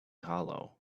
hollow